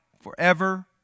forever